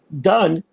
done